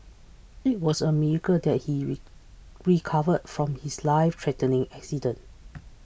it was a miracle that he recovered from his life threatening accident